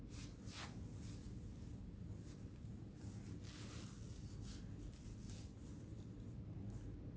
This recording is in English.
it's